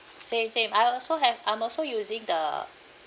same same I also have I'm also using the